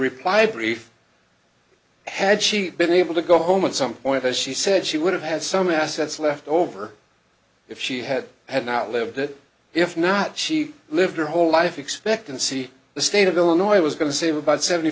reply brief had she been able to go home and some point as she said she would have had some assets left over if she had had not lived it if not she lived her whole life expectancy the state of illinois was going to save about seventy